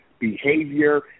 behavior